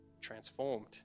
transformed